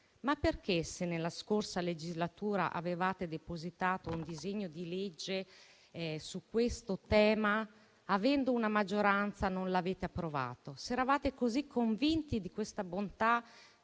perché, se nella scorsa legislatura avevate depositato un disegno di legge su questo tema, avendo una maggioranza, non l'avete approvato? Se eravate così convinti della bontà